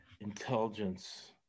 intelligence